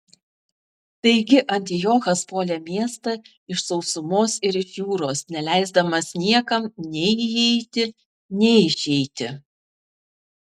taigi antiochas puolė miestą iš sausumos ir iš jūros neleisdamas niekam nei įeiti nei išeiti